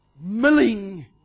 milling